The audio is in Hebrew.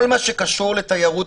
כל מה שקשור לתיירות,